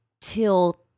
till